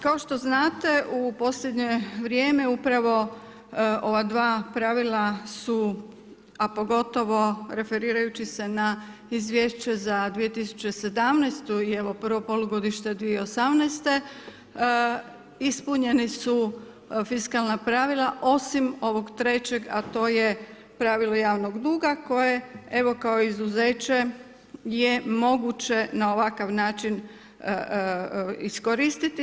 Kao što znate, u posljednje upravo ova dva pravila su a pogotovo referirajući se na izvješće za 2017. i evo prvo polugodište 2018., ispunjena su fiskalna pravila osim ovog trećeg a to je pravilo javnog duga koje, evo kao izuzeće je moguće na ovakav način iskoristiti.